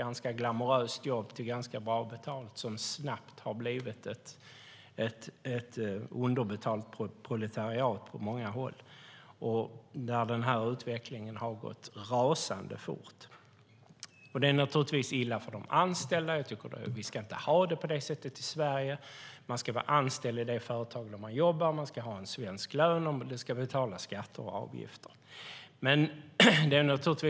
Men på många håll har det snabbt blivit ett underbetalt proletariat, och utvecklingen har gått rasande fort. Det är givetvis illa för de anställda, och vi ska inte ha det på det sättet i Sverige. Man ska vara anställd i det företag där man jobbar, man ska ha en svensk lön och det ska betalas skatter och avgifter.